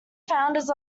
founders